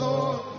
Lord